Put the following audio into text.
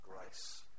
grace